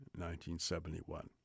1971